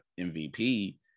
MVP